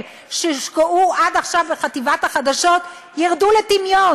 שהושקעו עד עכשיו בחטיבת החדשות ירדו לטמיון?